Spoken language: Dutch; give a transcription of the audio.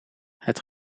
het